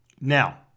Now